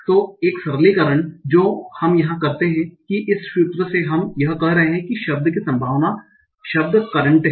तो एक सरलीकरण जो हम यहां करते हैं कि इस सूत्र से हम यह कह रहे हैं कि शब्द की संभावना शब्द current है